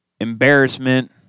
embarrassment